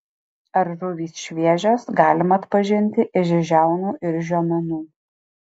ar žuvys šviežios galima atpažinti iš žiaunų ir žiomenų